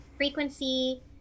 Frequency